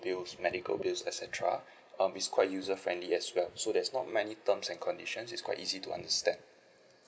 bills medical bills et cetera um it's quite user friendly as well so there's not many terms and conditions it's quite easy to understand